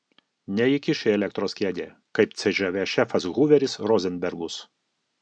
neįkiš į elektros kėdę kaip cžv šefas huveris rozenbergus